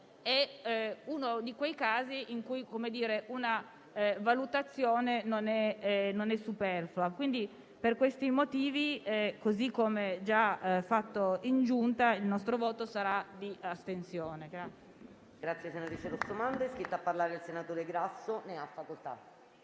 uno di quei casi in cui una valutazione non è superflua. Per questi motivi, come già fatto in Giunta, il nostro voto sarà di astensione.